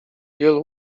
wielu